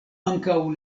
ankaŭ